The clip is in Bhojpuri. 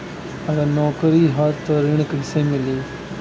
अगर नौकरी ह त ऋण कैसे मिली?